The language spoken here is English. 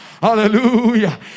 Hallelujah